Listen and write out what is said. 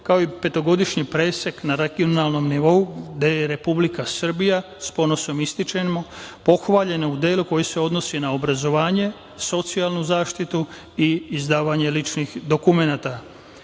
kao i petogodišnji presek na regionalnom nivou, gde je Republika Srbija, sa ponosom ističemo, pohvaljena u delu koji se odnosi na obrazovanje, socijalnu zaštitu i izdavanje ličnih dokumenata. Takođe,